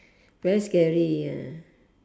very scary ah